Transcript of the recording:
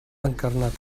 encarnat